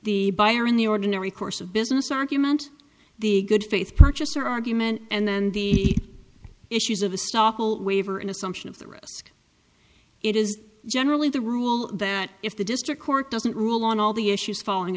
the buyer in the ordinary course of business argument the good faith purchaser argument and then the issues of the stock will waver in assumption of the risk it is generally the rule that if the district court doesn't rule on all the issues following